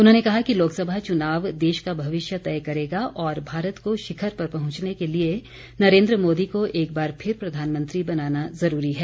उन्होंने कहा कि लोकसभा चुनाव देश का भविष्य तय करेगा और भारत को शिखर पर पहुंचने के लिए नरेन्द्र मोदी को एक बार फिर प्रधानमंत्री बनाना ज़रूरी है